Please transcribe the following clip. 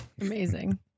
Amazing